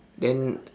then